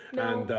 and.